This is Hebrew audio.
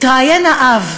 התראיין האב,